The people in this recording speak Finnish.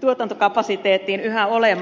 tuotantokapasiteettiin yhä olemaan